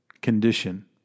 condition